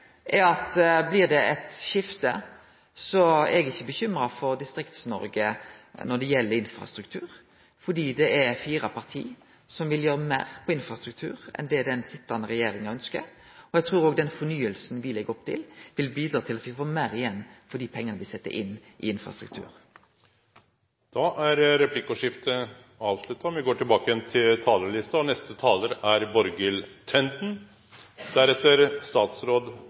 Dersom det blir eit skifte, er eg ikkje bekymra for Distrikt-Noreg når det gjeld infrastruktur, fordi det er fire parti som vil gjere meir på infrastruktur enn det den sitjande regjeringa ønskjer. Eg trur òg at den fornyinga me legg opp til, vil bidra til at me får meir igjen for pengane me set inn i infrastruktur. Replikkordskiftet er omme. Venstre sitter dessverre ikke i transport- og